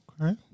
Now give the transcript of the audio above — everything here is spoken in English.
Okay